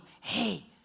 Hey